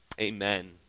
amen